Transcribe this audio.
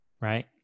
right